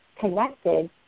connected